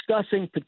discussing